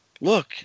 look